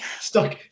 Stuck